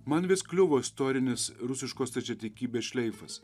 man vis kliuvo istorinis rusiškos stačiatikybės šleifas